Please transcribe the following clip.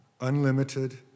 unlimited